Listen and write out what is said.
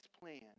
plan